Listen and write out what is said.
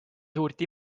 suurt